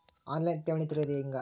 On line ಠೇವಣಿ ತೆರೆಯೋದು ಹೆಂಗ?